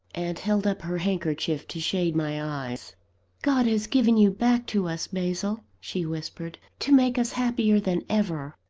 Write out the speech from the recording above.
and held up her handkerchief to shade my eyes god has given you back to us, basil, she whispered, to make us happier than ever.